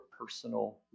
personal